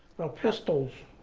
no pistols.